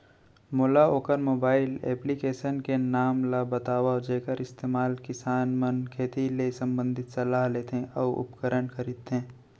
मोला वोकर mobile application के नाम ल बतावव जेखर इस्तेमाल किसान मन खेती ले संबंधित सलाह लेथे अऊ उपकरण खरीदथे?